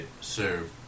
serve